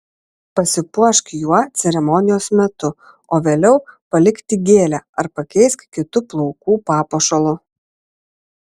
pasipuošk juo ceremonijos metu o vėliau palik tik gėlę ar pakeisk kitu plaukų papuošalu